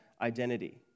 identity